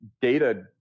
data